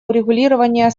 урегулирования